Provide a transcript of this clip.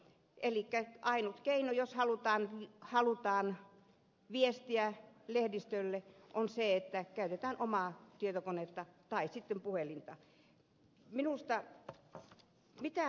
elikkä ainut keino jos halutaan viestiä lehdistölle on se että käytetään omaa tietokonetta tai sitten puhelinta